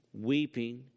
weeping